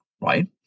right